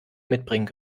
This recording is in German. mitbringen